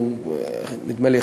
נדמה לי,